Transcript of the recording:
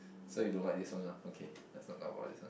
so you don't like this one lah okay let's not talk about this one